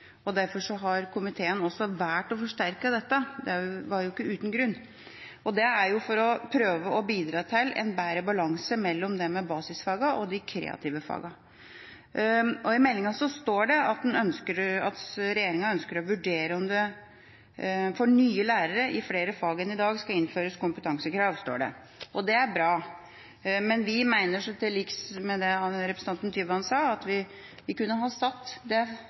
Derfor har komiteen også valgt å forsterke dette, og det er ikke uten grunn. Det er for å prøve å bidra til en bedre balanse mellom basisfagene og de kreative fagene. I meldinga står det at regjeringa ønsker å vurdere om det «for nye lærere, i flere fag enn i dag, skal innføres kompetansekrav». Det er bra, men vi mener, til liks med det representanten Tyvand sa, at vi kunne ha satt forventninger i dag om at vi ønsker å stille kompetansekrav til dem som skal undervise i f.eks. mat og helse eller i kunst- og håndverksfagene. Det